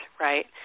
right